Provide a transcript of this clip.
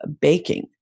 baking